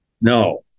No